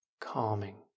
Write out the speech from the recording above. calming